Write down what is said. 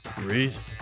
Reason